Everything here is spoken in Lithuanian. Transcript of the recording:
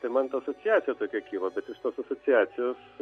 ir man ta asociacija tokia kilo bet iš tos asociacijos